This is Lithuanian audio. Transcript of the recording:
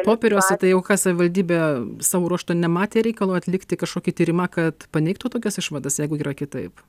popieriuose tai jau ką savivaldybė savo ruožtu nematė reikalo atlikti kažkokį tyrimą kad paneigtų tokias išvadas jeigu yra kitaip